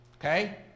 Okay